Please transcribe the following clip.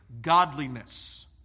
godliness